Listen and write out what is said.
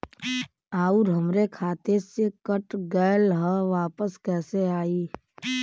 आऊर हमरे खाते से कट गैल ह वापस कैसे आई?